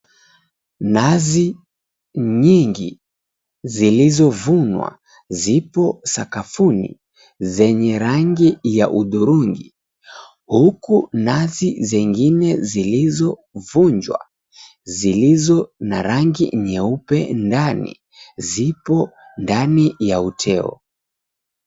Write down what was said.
Nazi nyingi zilizovunwa zipo sakafuni, zenye rangi ya hudhurungi. Huku nazi zingine zilizovunjwa zilizo na rangi nyeupe ndani zipo ndani ya uteo.